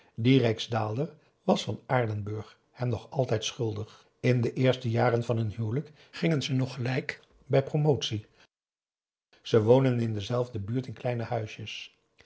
dien rijksdaalder was van aardenburg hem nog altijd schuldig in de eerste jaren van hun huwelijk gingen ze nog gelijk op bij promotie ze woonden in dezelfde buurt in kleine huisjes